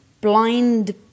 blind